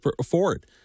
afford